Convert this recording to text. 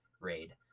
raid